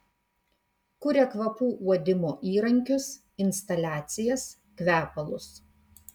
kuria kvapų uodimo įrankius instaliacijas kvepalus